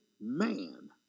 man